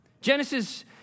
Genesis